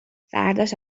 فرداش